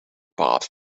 path